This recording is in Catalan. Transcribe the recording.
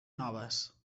noves